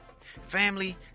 Family